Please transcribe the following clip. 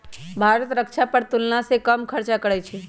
भारत रक्षा पर तुलनासे कम खर्चा करइ छइ